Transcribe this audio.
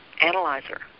analyzer